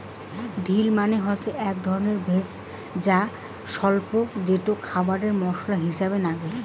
deal মানে হসে আক ধরণের ভেষজ বা স্বল্পা যেটো খাবারে মশলা হিছাবে নাগে